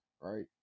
right